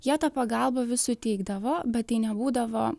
jie tą pagalbą vis suteikdavo bet tai nebūdavo